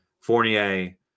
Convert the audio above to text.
Fournier